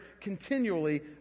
continually